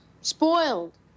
spoiled